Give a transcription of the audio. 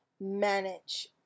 manage